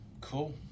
Cool